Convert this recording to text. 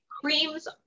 creams